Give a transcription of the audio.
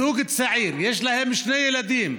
זוג צעיר, יש להם שני ילדים,